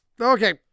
Okay